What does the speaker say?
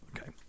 okay